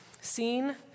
seen